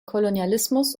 kolonialismus